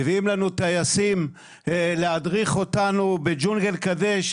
מביאים לנו טייסים להדריך אותנו בג'ונגל כזה,